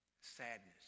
Sadness